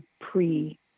pre